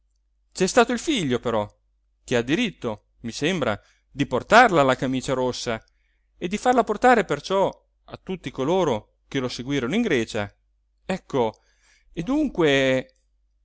c'è stato il figlio però che ha diritto mi sembra di portarla la camicia rossa e di farla portare perciò a tutti coloro che lo seguirono in grecia ecco e dunque